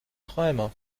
träumer